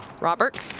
Robert